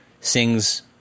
sings